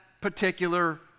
particular